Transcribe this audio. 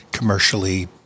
commercially